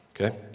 okay